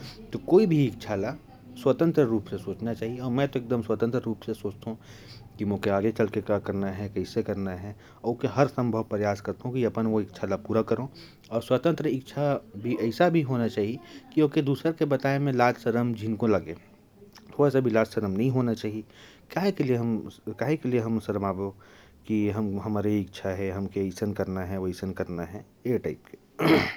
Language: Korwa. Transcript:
हूँ, और कोई भी इच्छा को स्वतंत्र रूप से समझा सकता हूँ और बता सकता हूँ।